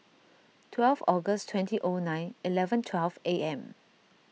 twelve August twenty O nine eleven twelve A M